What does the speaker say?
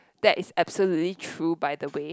that is absolutely true by the way